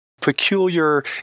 peculiar